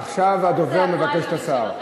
עכשיו הדובר מבקש את השר.